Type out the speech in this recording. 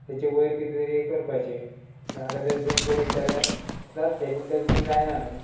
तेचे वयर कितें तरी करपाचें पूण आतां डस्टबीन करीत जाल्यार जातलें पूण डस्टबीन जायना न्हू